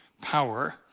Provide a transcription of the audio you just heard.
power